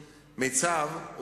מיצ"ב,